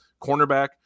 cornerback